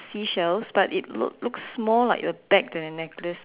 seashells but it look looks more like a bag than a necklace